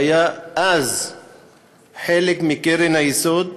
הוא היה אז חלק מ"קרן היסוד",